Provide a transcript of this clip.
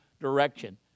direction